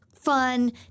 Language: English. Fun